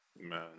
Man